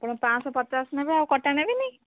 ଆପଣ ପାଞ୍ଚଶହ ପଚାଶ ନେବେ ଆଉ କଟା ନେବେ ନି